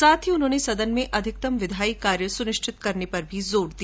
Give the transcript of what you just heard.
साथ ही उन्होने सदन में अधिकतम विधायी कार्य सुनिश्चित करने पर जोर दिया